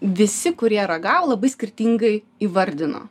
visi kurie ragavo labai skirtingai įvardino